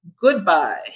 goodbye